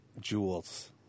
Jewels